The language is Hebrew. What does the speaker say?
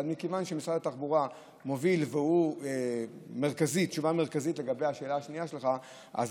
אבל מכיוון שמשרד התחבורה מוביל תשובה מרכזית לגבי השאלה השנייה שלך אני